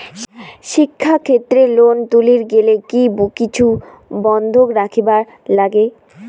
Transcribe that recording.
শিক্ষাক্ষেত্রে লোন তুলির গেলে কি কিছু বন্ধক রাখিবার লাগে?